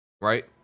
right